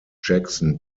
jackson